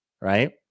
right